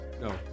no